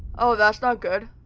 oh, that's not good.